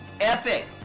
Epic